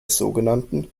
sogenannten